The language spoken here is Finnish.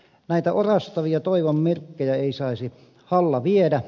näitä orastavia toivon merkkejä ei saisi halla viedä